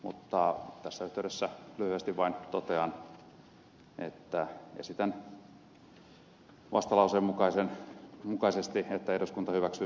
mutta tässä yhteydessä lyhyesti vain totean että esitän vastalauseen mukaisesti että eduskunta hyväksyy seuraavan kannanoton